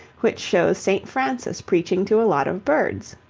which shows st. francis preaching to a lot of birds,